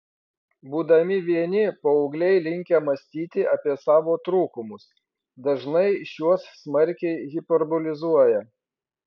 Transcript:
būdami vieni paaugliai linkę mąstyti apie savo trūkumus dažnai šiuos smarkiai hiperbolizuoja